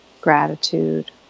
gratitude